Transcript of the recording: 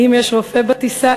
האם יש רופא בטיסה?